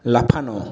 লাফানো